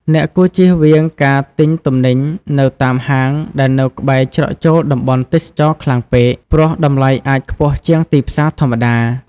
អ្នកគួរជៀសវាងការទិញទំនិញនៅតាមហាងដែលនៅក្បែរច្រកចូលតំបន់ទេសចរណ៍ខ្លាំងពេក ព្រោះតម្លៃអាចខ្ពស់ជាងទីផ្សារធម្មតា។